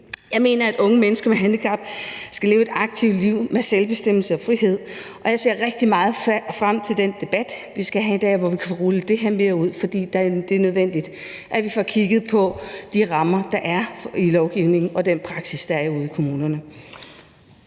Jeg mener, at unge mennesker med handicap skal leve et aktivt liv med selvbestemmelse og frihed. Og jeg ser rigtig meget frem til den debat, vi skal have i dag, hvor vi kan rulle det her mere ud, for det er nødvendigt, at vi får kigget på de rammer, der er i lovgivningen, og den praksis, der er ude i kommunerne.